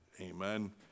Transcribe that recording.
amen